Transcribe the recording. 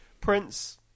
Prince